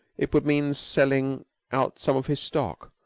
it would mean selling out some of his stock,